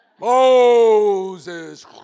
Moses